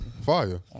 Fire